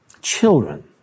children